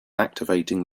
activating